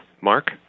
Mark